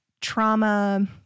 trauma